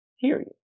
period